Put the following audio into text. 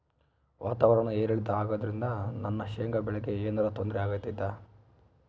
ವಾತಾವರಣ ಏರಿಳಿತ ಅಗೋದ್ರಿಂದ ನನ್ನ ಶೇಂಗಾ ಬೆಳೆಗೆ ಏನರ ತೊಂದ್ರೆ ಆಗ್ತೈತಾ?